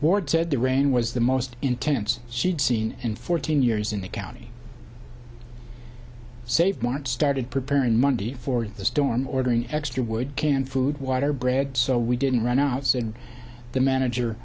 ward said the rain was the most intense she'd seen in fourteen years in the county save mart started preparing monday for the storm ordering extra wood canned food water bread so we didn't run out said the manager